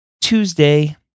Tuesday